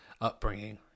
upbringing